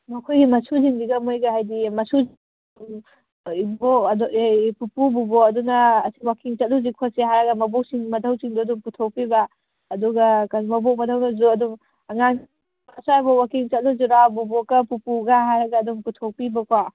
ꯃꯈꯣꯏꯒꯤ ꯃꯁꯨꯁꯤꯡꯁꯤꯒ ꯃꯣꯏꯒ ꯍꯥꯏꯗꯤ ꯃꯁꯨ ꯎꯝ ꯏꯕꯣꯛ ꯑꯗꯨ ꯑꯦ ꯄꯨꯄꯨ ꯕꯣꯕꯣꯛ ꯑꯗꯨꯅ ꯑꯁꯤ ꯋꯥꯛꯀꯤꯡ ꯆꯠꯂꯨꯁꯤ ꯈꯣꯠꯁꯤ ꯍꯥꯏꯔꯒ ꯃꯕꯣꯛꯁꯤꯡ ꯃꯙꯧꯁꯤꯡꯗꯨ ꯑꯗꯨꯝ ꯄꯨꯊꯣꯛꯄꯤꯕ ꯑꯗꯨꯒ ꯃꯕꯣꯛ ꯃꯙꯧꯅꯁꯨ ꯑꯗꯨꯝ ꯑꯉꯥꯡ ꯑꯁ꯭ꯋꯥꯏ ꯐꯥꯎ ꯋꯥꯛꯀꯤꯡ ꯆꯠꯂꯨꯁꯤꯔꯥ ꯕꯣꯕꯣꯛꯀ ꯄꯨꯄꯨꯒ ꯍꯥꯏꯔꯒ ꯑꯗꯨꯝ ꯄꯨꯊꯣꯛꯄꯤꯕ ꯀꯣ